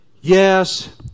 yes